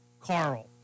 Carl